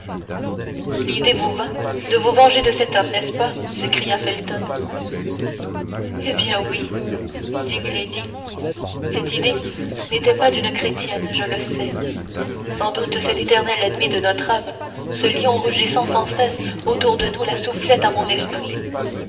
l'idée vous vint de vous venger de cet homme n'est-ce pas s'écria felton eh bien oui dit milady cette idée n'était pas d'une chrétienne je le sais sans doute cet éternel ennemi de notre âme ce lion rugissant sans cesse autour de nous la soufflait à mon esprit